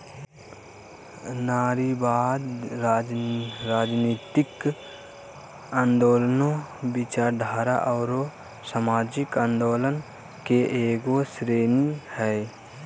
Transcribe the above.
नारीवाद, राजनयतिक आन्दोलनों, विचारधारा औरो सामाजिक आंदोलन के एगो श्रेणी हइ